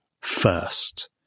first